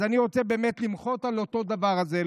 אז אני רוצה למחות על הדבר הזה.